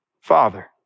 Father